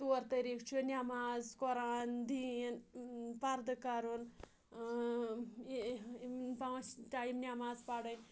طور طریٖق چھُ نؠماز قۄرآن دیٖن پَردٕ کَرُن پانٛژھ ٹایِم نؠماز پرٕنۍ